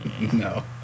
no